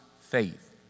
faith